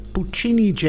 Puccini